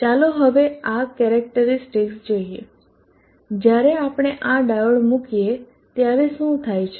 ચાલો હવે આ કેરેક્ટરીસ્ટિકસ જોઈએ જ્યારે આપણે આ ડાયોડ મૂકીએ ત્યારે શું થાય છે